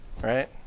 right